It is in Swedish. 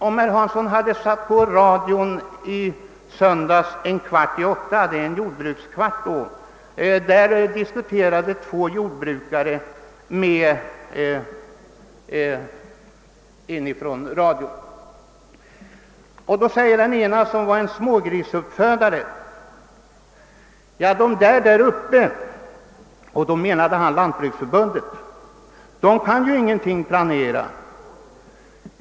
Om herr Hansson hade satt på radion en kvart i åtta — då sänder man en jordbrukskvart — skulle han ha fått höra två jordbrukare som diskuterade med en intervjuare ifrån radion. Den ene jordbrukaren, som är smågrisuppfödare, sade att »de däruppe» — och då menade han Lantbruksförbundet — kan ju inte planera någonting.